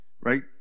right